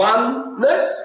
Oneness